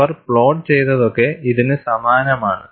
അവർ plot ചെയ്തതൊക്കെ ഇതിന് സമാനമാണ്